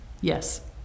yes